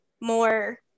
more